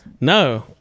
No